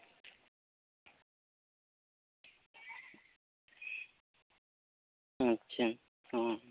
ᱟᱪᱪᱷᱟ ᱦᱚᱸ